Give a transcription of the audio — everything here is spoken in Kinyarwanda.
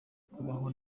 kubaho